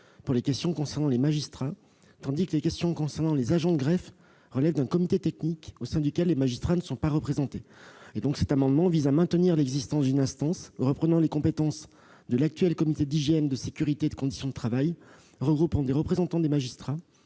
pour les questions touchant les magistrats, tandis que celles touchant les agents des greffes relèvent d'un comité technique au sein duquel les magistrats ne sont pas représentés. L'amendement vise à maintenir l'existence d'une instance reprenant les compétences de l'actuel comité d'hygiène, de sécurité et des conditions de travail et regroupant des représentants des magistrats